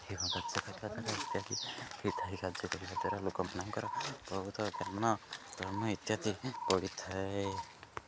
ଏବଂ କାର୍ଯ୍ୟ କରିବା ଦ୍ୱାରା ଇତ୍ୟାଦି ହେଇଥାଇ କାର୍ଯ୍ୟ କରିବା ଦ୍ୱାରା ଲୋକମାନଙ୍କର ବହୁତ ବହନ ବ୍ରହମ ଇତ୍ୟାଦି ପଡ଼ିଥାଏ